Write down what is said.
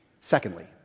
Secondly